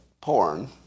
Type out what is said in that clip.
porn